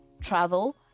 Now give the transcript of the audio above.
travel